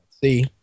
See